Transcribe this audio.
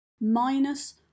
minus